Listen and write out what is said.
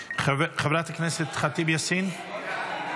חברת הכנסת ח'טיב יאסין, מוותרת.